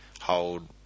hold